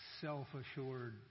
self-assured